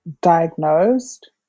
diagnosed